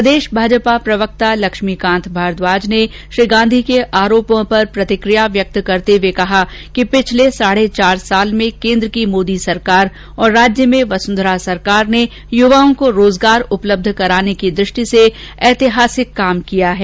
प्रदेश भाजपा प्रवक्ता लक्ष्मीकांत भारद्वाज ने श्री गांधी के आरोपों पर प्रतिकिया व्यक्त करते हुए कहा कि पिछले साढे चार साल में केंद्र की मोदी सरकार और राज्य में वसुंधरा सरकार ने युवाओं को रोजगार उपलब्ध कराने की दृष्टि से ऐतिहासिक काम किये हैं